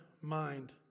mind